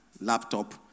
laptop